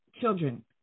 children